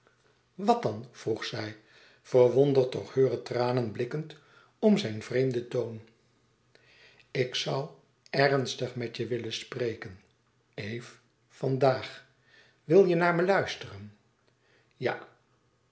wat dan vroeg zij verwonderd door heure tranen blikkend om zijn vreemden toon ik zoû ernstig met je willen spreken eve vandaag wil je naar me luisteren ja